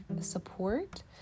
support